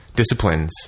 disciplines